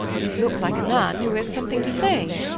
you look like a man who has something to say.